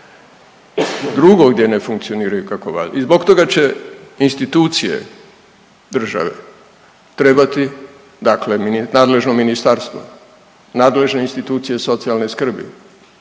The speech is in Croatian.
Drugo gdje ne funkcioniraju kako valj…, i zbog toga će institucije države trebati dakle nadležno ministarstvo, nadležne institucije socijalne skrbi,